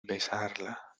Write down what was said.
besarla